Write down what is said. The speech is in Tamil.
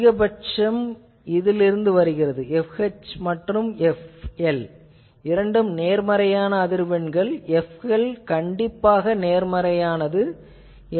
அதிகபட்சம் இதிலிருந்து வருகிறது fH மற்றும் fL இரண்டும் நேர்மறையான அதிர்வெண்கள் அல்லது fL கண்டிப்பாக நேர்மறையான அதிர்வெண்